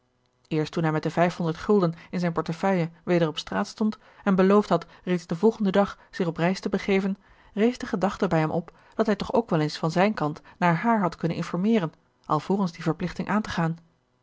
eerst toen hij met de vijfhonderd gulden in zijne portefeuille weder op straat stond en beloofd had reeds den volgenden dag zich op reis te begeven rees de gedachte bij hem op dat hij toch ook wel eens van zijn kant naar haar had kunnen informeeren alvorens die verplichting aan te gaan